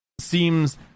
Seems